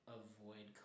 avoid